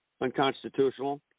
unconstitutional